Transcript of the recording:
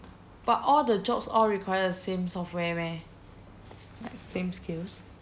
but all the jobs all require the same software meh like same skills